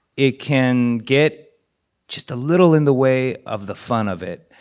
it can get just a little in the way of the fun of it.